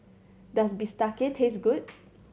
does bistake taste good